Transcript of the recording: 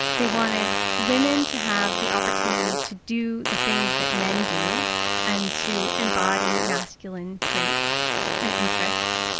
they wanted women to have the opportunity to do the things that men do and to embody masculine traits and interests.